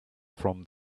from